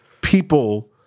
people